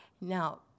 Now